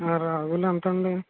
రవ్వలు ఎంత అండి